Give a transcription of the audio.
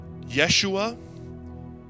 Yeshua